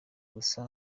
gusa